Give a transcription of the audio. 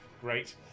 Great